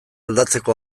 aldatzeko